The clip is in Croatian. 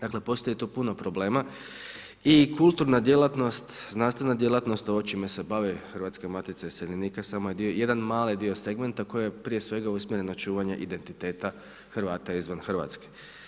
Dakle, postoji tu puno problema i kulturna djelatnost, znanstvena djelatnost, ovo čime se bave Hrvatska Matica iseljenika, samo je jedan mali dio segmenta koji je prije svega usmjeren na čuvanje identiteta Hrvata izvan RH.